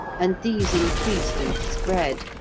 and these increased and spread,